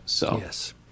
Yes